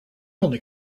only